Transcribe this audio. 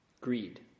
greed